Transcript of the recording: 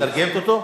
אני מתרגמת לו פשוט.